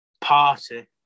party